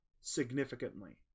significantly